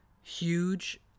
huge